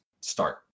start